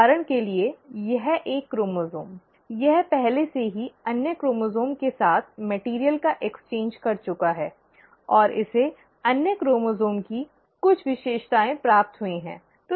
उदाहरण के लिए यह एक क्रोमोसोम यह पहले से ही अन्य क्रोमोसोम के साथ सामग्री का आदान प्रदान कर चुका है और इसे अन्य क्रोमोसोम की कुछ विशेषताएं प्राप्त हुई हैं